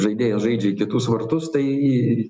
žaidėjas žaidžia į kitus vartus tai